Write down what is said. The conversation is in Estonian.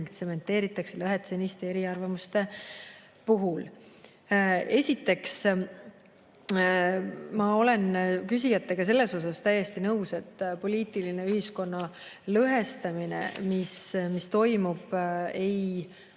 tsementeeritakse lõhet seniste eriarvamuste puhul?"Esiteks ma olen küsijatega selles osas täiesti nõus, et poliitiline ühiskonna lõhestamine, mis toimub, ei